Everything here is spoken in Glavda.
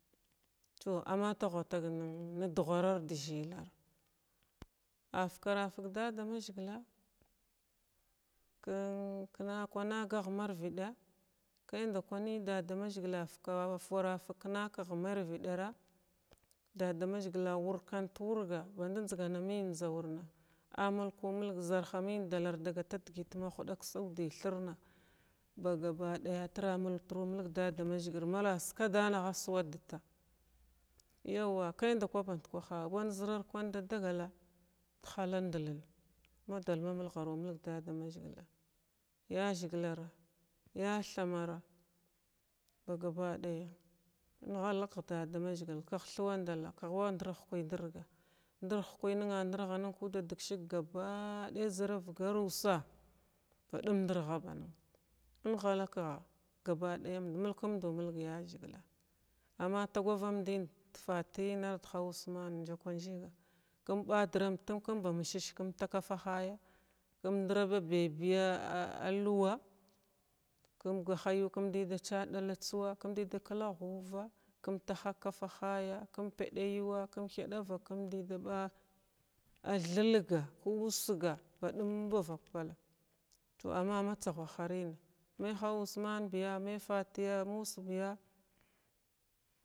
To amma ta wha tag ndu whara ard ʒhilara afkarafg dadamaʒhgla kn knakwanagahmarvidakai nda kwani dadamaʒhgla afuwara fg knakh marvidara dadamaʒhgl awurkant wurga bandʒganamiyin dʒa wurng zmulkumulg ʒarhamin dalarda gata dgit mahuda ksudithurna ba gabadaya trn amultru mulg dada maʒhgl mara skadan a suwadta kaida kwa bandkwa wai ʒrar kwan da dagat thalandhna mada ma mulharumulg dada maʒhgla yz ʒhigilara yathamara ba ga bafa ya inhala kh dadamaʒhgla kh thuwanda khwandurhkwi durgi durhkwa nunn durha nun kuddadug shig ba gabaaya ʒravgar ussa badum durha banun unhalakha gabayamd mulkumdu mulg yaʒhgla amma tagwava ndin dfatvyin ard hawusman njakwanjig km badramd tun km ba msush km takafa haya km draba bebiya luwa km gaha yuwa km di da cha dalatsuwa km dida klahuva km taha kafa haya km bada yuwa km thada vaka km dida ba a thulg usga badum km ba vakpal to amma matsawha harin me hauwusmanbiya me fatiya mushbiya.